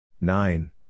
Nine